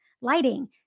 lighting